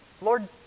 Lord